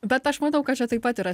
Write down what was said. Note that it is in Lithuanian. bet aš matau kad čia taip pat yra